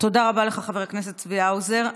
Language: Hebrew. תודה רבה לך, חבר הכנסת צבי האוזר.